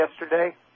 yesterday